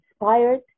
inspired